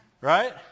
Right